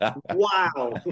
wow